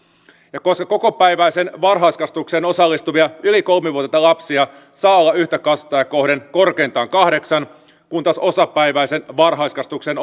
ja koska kokopäiväiseen varhaiskasvatukseen osallistuvia yli kolme vuotiaita lapsia saa olla yhtä kasvattajaa kohden korkeintaan kahdeksan kun taas osapäiväiseen varhaiskasvatukseen